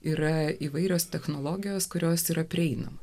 yra įvairios technologijos kurios yra prieinama